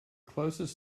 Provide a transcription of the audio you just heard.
closest